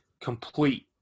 complete